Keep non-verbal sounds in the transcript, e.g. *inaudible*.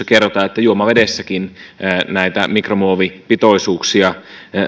*unintelligible* kerrotaan että juomavedestäkin näitä mikromuovipitoisuuksia